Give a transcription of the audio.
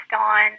on